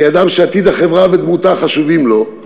כאדם שעתיד החברה ודמותה חשובים לו,